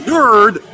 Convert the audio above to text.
Nerd